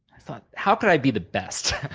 i thought, how could i be the best?